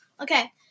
Okay